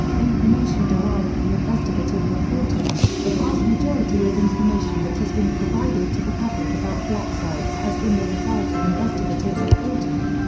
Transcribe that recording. information derived from investigative reporting the vast majority of information that has been provided to the public about black sites has been the result of investigative reporting.